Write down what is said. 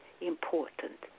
important